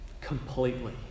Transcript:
completely